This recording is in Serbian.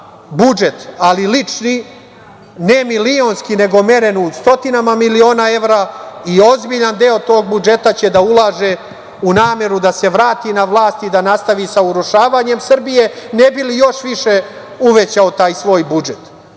budžet, ali lični, ne milionski, nego meren u stotinama miliona evra i ozbiljan deo tog budžeta će da ulaže u nameru da se vrati na vlasti i da nastavi sa urušavanjem Srbije, ne bi li još više uvećao taj svoj budžet,